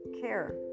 care